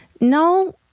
no